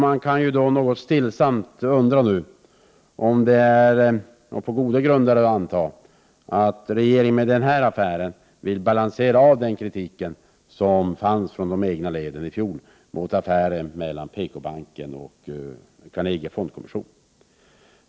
Man kan då något stillsamt undra och på goda grunder anta att regeringen med den här affären vill balansera av kritiken från de egna leden mot affären mellan PKbanken och Carnegie Fondkommission.